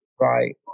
Right